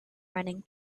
running